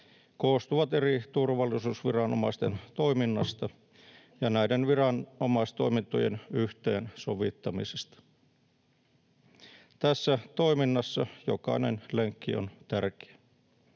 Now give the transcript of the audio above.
koostuu eri turvallisuusviranomaisten toiminnasta ja näiden viranomaistoimintojen yhteensovittamisesta. Tässä toiminnassa jokainen lenkki on tärkeä.